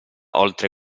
oltre